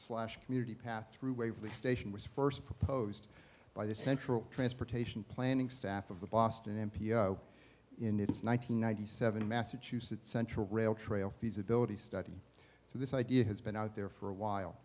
slash community path through waverly station was first proposed by the central transportation planning staff of the boston m p o in its one nine hundred ninety seven massachusetts central rail trail feasibility study so this idea has been out there for a while